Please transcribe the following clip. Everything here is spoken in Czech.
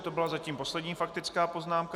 To byla zatím poslední faktická poznámka.